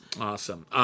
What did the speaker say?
Awesome